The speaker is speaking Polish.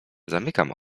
zamykam